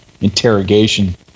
interrogation